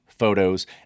photos